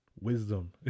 wisdom